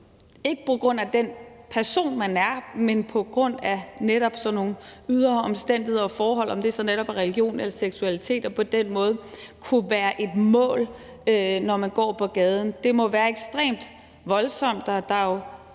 ikke på grund af den person, man er, men på grund af netop sådan nogle ydre omstændigheder og forhold, om det så netop er religion eller seksualitet, og på den måde kunne være et mål, når man går på gaden, må være ekstremt voldsomt. Der er jo